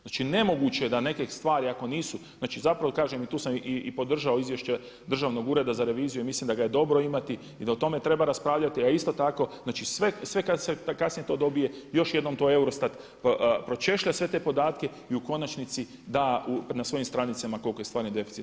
Znači ne moguće je da neke stvari ako nisu zapravo kažem i tu sam i podržao izvješće Državnog ureda za reviziju, mislim da ga je dobro imati i da o tome treba raspravljati a isto tako znači sve kad se kasnije to dobije još jednom to EUROSTAT pročešlja sve te podatke i u konačnici da na svojim stranicama koliko je stvarni deficit.